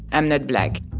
i'm not black.